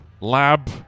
lab